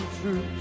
true